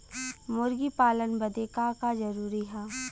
मुर्गी पालन बदे का का जरूरी ह?